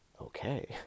Okay